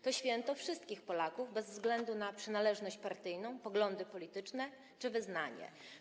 To święto wszystkich Polaków, bez względu na przynależność partyjną, poglądy polityczne czy wyznanie.